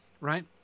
right